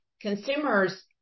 consumers –